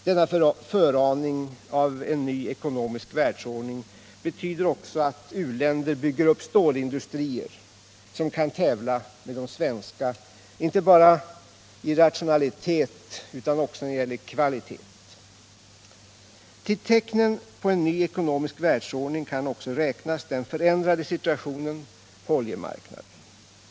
Denna föraning av en ny ekonomisk världsordning betyder också att u-länder bygger upp stålindustrier, som kan tävla med de svenska, inte bara i rationalitet utan också i fråga om kvalitet. Till tecknen på en ny ekonomisk världsordning kan också räknas den förändrade situationen på oljemarknaden.